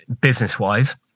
business-wise